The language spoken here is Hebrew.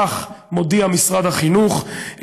כך מודיע משרד החינוך,